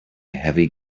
heavy